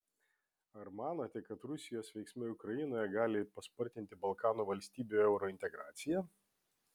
ar manote kad rusijos veiksmai ukrainoje gali paspartinti balkanų valstybių eurointegraciją